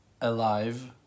alive